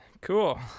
cool